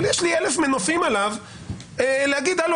אבל יש לי אלף מנופים עליו להגיד הלו,